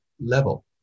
level